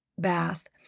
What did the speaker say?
bath